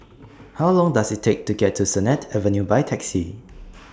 How Long Does IT Take to get to Sennett Avenue By Taxi